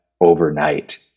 overnight